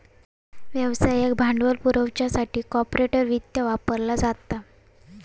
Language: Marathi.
व्यवसायाक भांडवल पुरवच्यासाठी कॉर्पोरेट वित्त वापरला जाता